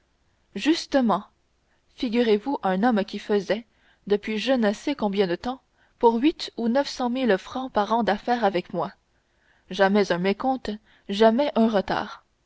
justement figurez-vous un homme qui faisait depuis je ne sais combien de temps pour huit ou neuf cent mille francs par an d'affaires avec moi jamais un mécompte jamais un retard